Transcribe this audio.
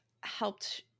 helped